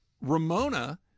Ramona